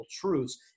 truths